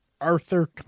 Arthur